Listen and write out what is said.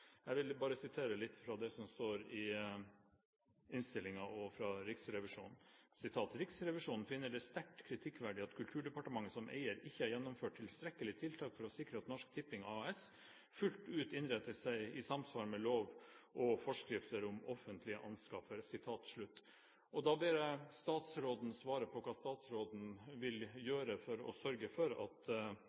Jeg vil bare sitere litt fra det som står i innstillingen, og som kommer fra Riksrevisjonen: «Riksrevisjon finner det sterkt kritikkverdig at Kulturdepartementet som eier ikke har gjennomført tilstrekkelige tiltak for å sikre at Norsk Tipping AS fullt ut innretter seg i samsvar med lov og forskrifter om offentlige anskaffelser.» Da ber jeg statsråden svare på hva hun vil gjøre for å sørge for at